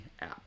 app